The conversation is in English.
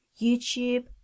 YouTube